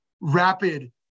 rapid